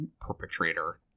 perpetrator